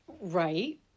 Right